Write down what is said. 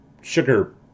sugar